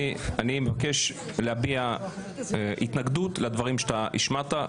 אני מבקש להביע התנגדות לדברים שאתה השמעת,